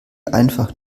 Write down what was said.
einfach